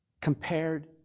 compared